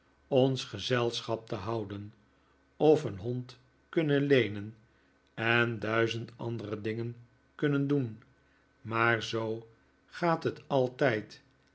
ons gezelschap te houden of een hond kunnen leenen en duizend andere dingen kunnen doen maar zoo gaat het altijd